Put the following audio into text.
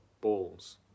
balls